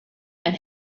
and